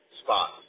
spot